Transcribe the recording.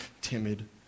timid